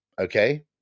Okay